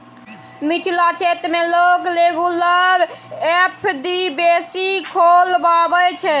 मिथिला क्षेत्र मे लोक रेगुलर एफ.डी बेसी खोलबाबै छै